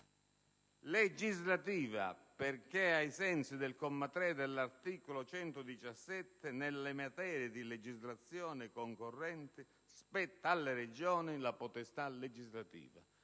legislativa perché, ai sensi del comma 3 dell'articolo 117, nelle materie di legislazione concorrente spetta alle Regioni la potestà legislativa.